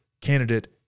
candidate